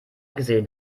gesehen